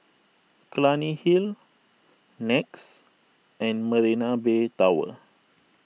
Clunny Hill Nex and Marina Bay Tower